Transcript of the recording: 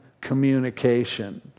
communication